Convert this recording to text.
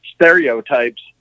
stereotypes